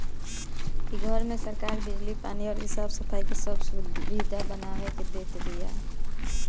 इ घर में सरकार बिजली, पानी अउरी साफ सफाई के सब सुबिधा बनवा के देत बिया